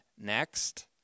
next